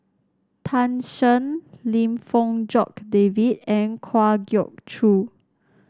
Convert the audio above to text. Tan Shen Lim Fong Jock David and Kwa Geok Choo